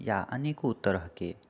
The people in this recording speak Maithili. या अनेको तरहकेँ